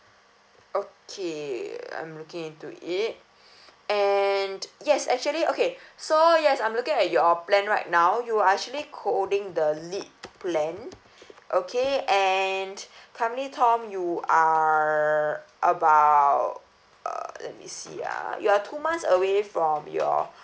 okay I'm looking into it and yes actually okay so yes I'm looking at your plan right now you are actually holding the lite plan okay and currently tom you are about uh let me see ah you're two months away from your